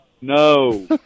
No